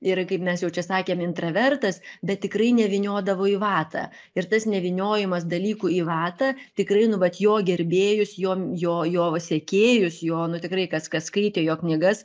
ir kaip mes jau čia sakėm intravertas bet tikrai nevyniodavo į vatą ir tas nevyniojimas dalykų į vatą tikrai nu vat jo gerbėjus jo jo jo va sekėjus jo nu tikrai kas kas skaitė jo knygas